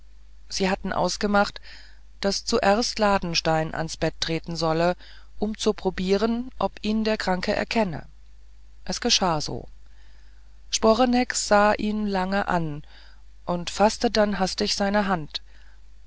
sie hatten ausgemacht daß zuerst ladenstein ans bett treten solle um zu probieren ob ihn der kranke erkenne es geschah so sporeneck sah ihn lange an und faßte dann hastig seine hand